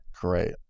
Great